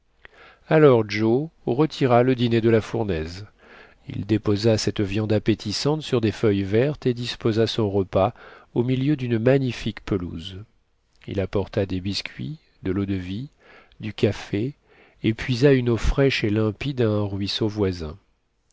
alors joe retira le dîner de la fournaise il déposa cette viande appétissante sur des feuilles vertes et disposa son repas au milieu d'une magnifique pelouse il apporta des biscuits de l'eau-de-vie du café et puisa une eau fraîche et limpide à un ruisseau voisin